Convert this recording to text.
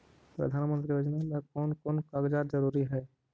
प्रधानमंत्री योजना ला कोन कोन कागजात जरूरी है?